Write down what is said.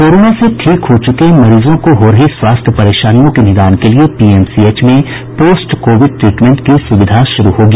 corona से ठीक हो चुके मरीजों को हो रही स्वास्थ्य परेशानियों के निदान के लिए पीएमसीएच में पोस्ट कोविड ट्रीटमेंट की सुविधा शुरू होगी